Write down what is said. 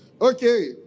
Okay